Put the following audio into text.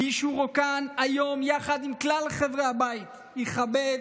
ואישורו כאן היום יחד עם כלל חברי הבית יכבד